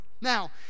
Now